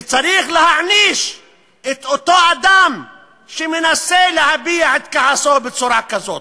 וצריך להעניש את אותו אדם שמנסה להביע את כעסו בצורה כזאת.